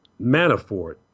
Manafort